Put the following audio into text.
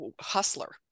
hustler